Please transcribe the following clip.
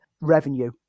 revenue